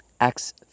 acts